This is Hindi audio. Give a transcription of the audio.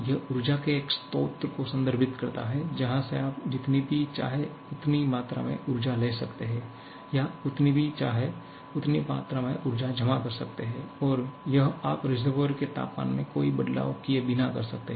यह ऊर्जा के एक स्रोत को संदर्भित करता है जहाँ से आप जितनी भी चाहे उतनी मात्रा में ऊर्जा ले सकते हैं या उतनी भी चाहे उतनी ऊर्जा जमा कर सकते हैं और यह आप रिसर्वोइएर के तापमान में कोई बदलाव किए बिना कर सकते हैं